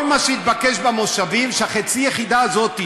כל מה שהתבקש במושבים זה שהחצי יחידה הזאת,